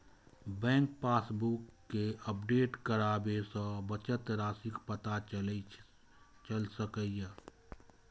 bank passbook कें update कराबय सं बचत राशिक पता चलि सकैए